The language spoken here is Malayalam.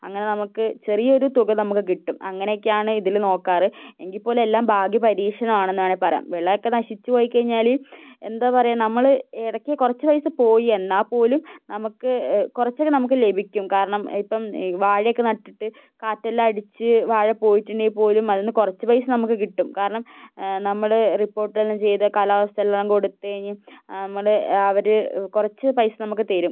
അങ്ങനെ നമുക്ക് ചെറിയൊരു തുക നമുക്ക് കിട്ടും അങ്ങനെയൊക്കെയാണ് ഇതില് നോക്കാറ് എങ്കില്പ്പോലും എല്ലാം ഭാഗ്യപരീക്ഷണമാണെന്ന് വേണമെങ്കില് പറയാം വിളയൊക്കെ നശിച്ചുപോയി കഴിഞ്ഞാല് എന്താണ് പറയുക നമ്മള് ഇടയ്ക്ക് കുറച്ച് പൈസ പോയി എന്നാല് പോലും നമുക്ക് കുറച്ചൊക്കെ നമുക്ക് ലഭിക്കും കാരണം ഇപ്പം ഈ വാഴയൊക്കെ നട്ടിട്ട് കാറ്റെല്ലാമടിച്ച് വാഴ പോയിട്ടുണ്ടെങ്കില്പ്പോലും അതില്നിന്ന് കുറച്ച് പൈസ നമുക്ക് കിട്ടും കാരണം നമ്മള് റിപ്പോർട്ട് എല്ലാം ചെയ്ത് നമ്മുടെ അവര് കുറച്ച് പൈസ നമുക്ക് തരും